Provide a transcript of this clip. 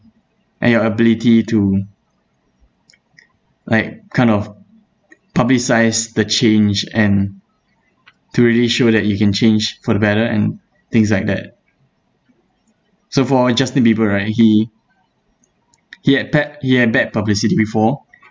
and your ability to like kind of publicise the change and to really show that you can change for the better and things like that so for justin bieber right he he had bad he had bad publicity before